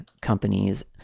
companies